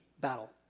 battle